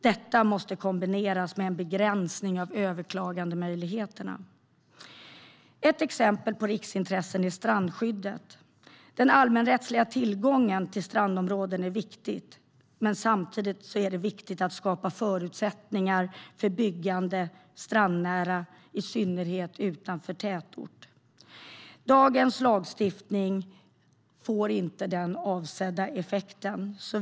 Detta måste kombineras med en begränsning av överklagandemöjligheterna. Ett exempel på ett riksintresse är strandskyddet. Den allemansrättsliga tillgången till strandområden är viktig, men samtidigt är det viktigt att skapa förutsättningar för strandnära byggande, i synnerhet utanför tätort. Dagens lagstiftning har inte avsedd effekt.